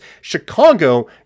Chicago